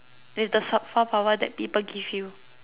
with the superpower that people give you